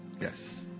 Yes